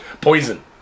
Poison